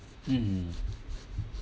mm